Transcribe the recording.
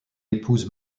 épouse